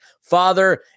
father